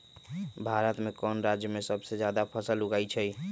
भारत में कौन राज में सबसे जादा फसल उगई छई?